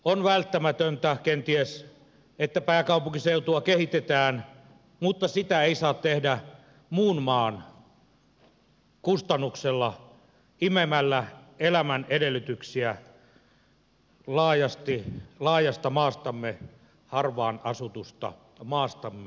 on välttämätöntä kenties että pääkaupunkiseutua kehitetään mutta sitä ei saa tehdä muun maan kustannuksella imemällä elämän edellytyksiä laajasta maastamme harvaan asusta maastamme